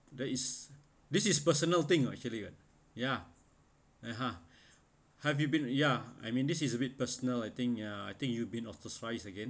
there is this is personal thing uh actually what ya (uh huh) have you been ya I mean this is a bit personal I think ya I think you've been off the again